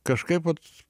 kažkaip vat